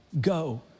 go